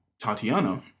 Tatiana